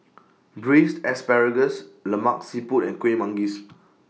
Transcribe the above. Braised Asparagus Lemak Siput and Kueh Manggis